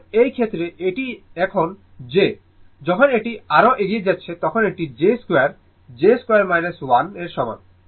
সুতরাং এই ক্ষেত্রে এটি এখন j যখন এটি আরও এগিয়ে যাচ্ছে তখন এটি j2 j2 1 এর সমান